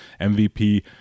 MVP